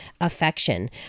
affection